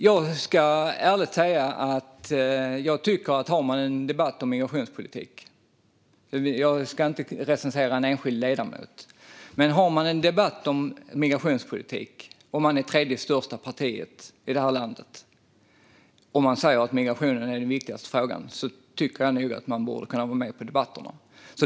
Jag ska ärligt säga - även om jag inte ska recensera en enskild ledamot - att jag nog tycker att man, om det är en debatt om migrationspolitik och man är det tredje största partiet i det här landet och säger att migrationen är den viktigaste frågan, borde kunna vara med på debatten.